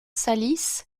salis